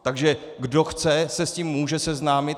Takže kdo chce, se s tím může seznámit.